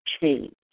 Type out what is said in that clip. change